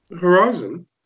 Horizon